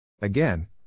Again